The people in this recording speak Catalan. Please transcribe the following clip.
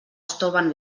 estoven